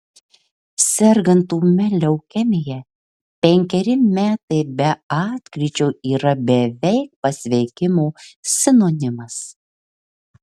sergant ūmia leukemija penkeri metai be atkryčio yra beveik pasveikimo sinonimas